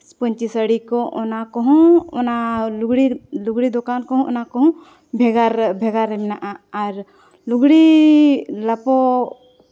ᱯᱟᱹᱧᱪᱤ ᱥᱟᱹᱲᱤ ᱠᱚ ᱚᱱᱟ ᱠᱚᱦᱚᱸ ᱚᱱᱟ ᱞᱩᱜᱽᱲᱤ ᱞᱩᱜᱽᱲᱤ ᱫᱚᱠᱟᱱ ᱚᱱᱟ ᱠᱚᱦᱚᱸ ᱵᱷᱮᱜᱟᱨ ᱵᱷᱮᱜᱟᱨ ᱨᱮ ᱢᱮᱱᱟᱜᱼᱟ ᱟᱨ ᱞᱩᱜᱽᱲᱤ ᱞᱟᱯᱚ